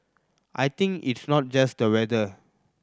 I think it's not just the weather